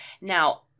Now